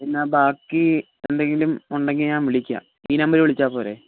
പിന്നെ ബാക്കി എന്തെങ്കിലും ഉണ്ടെങ്കിൽ ഞാൻ വിളിക്കാം ഈ നമ്പറിൽ വിളിച്ചാൽ പോരേ